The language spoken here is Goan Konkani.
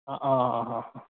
आ आ हा